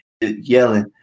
yelling